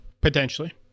Potentially